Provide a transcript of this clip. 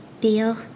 Deal